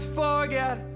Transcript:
forget